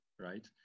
right